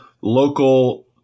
local